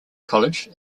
college